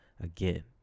again